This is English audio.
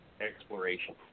exploration